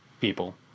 people